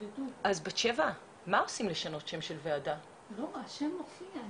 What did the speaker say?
10:53.